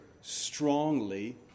strongly